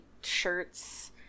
shirts